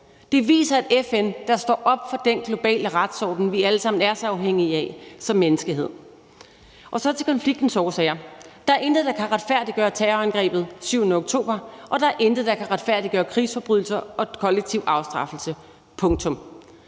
Det viser et FN, der står op for den globale retsorden, vi alle sammen er så afhængige af som menneskehed. Så vil jeg gå videre til konfliktens årsager. Der er intet, der kan retfærdiggøre terrorangrebet den 7. oktober, og der er intet, der kan retfærdiggøre krigsforbrydelser og kollektiv afstraffelse – punktum.